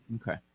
okay